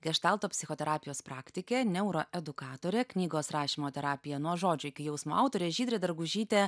geštalto psichoterapijos praktikė neuroedukatorė knygos rašymo terapija nuo žodžio iki jausmo autorė žydrė dargužytė